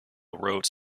wrote